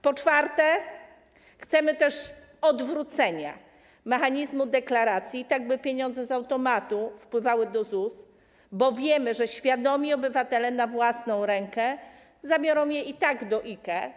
Po czwarte, chcemy odwrócenia mechanizmu deklaracji tak, by pieniądze z automatu wpływały do ZUS, bo wiemy, że świadomi obywatele i tak na własną rękę zabiorą je do IKE.